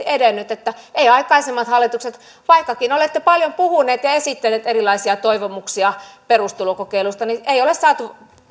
edennyt että eivät aikaisemmat hallitukset vaikkakin olette paljon puhuneet ja esittäneet erilaisia toivomuksia perustulokokeilusta ole